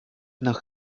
nach